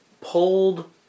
pulled